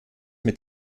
mit